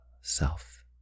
self